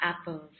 apples